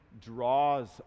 draws